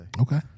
Okay